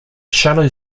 shallow